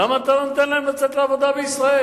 למה אתה לא נותן להם לצאת לעבודה בישראל?